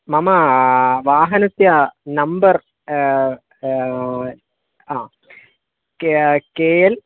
मम वाहनस्य number K K L